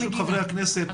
ברשות חברי הכנסת,